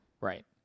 right